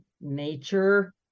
nature